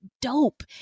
dope